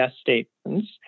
statements